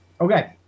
Okay